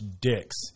dicks